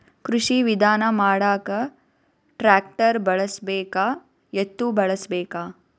ಕೃಷಿ ವಿಧಾನ ಮಾಡಾಕ ಟ್ಟ್ರ್ಯಾಕ್ಟರ್ ಬಳಸಬೇಕ, ಎತ್ತು ಬಳಸಬೇಕ?